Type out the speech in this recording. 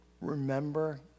Remember